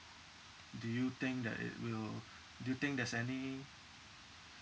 do you think that it will do you think there's any